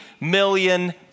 million